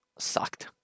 Sucked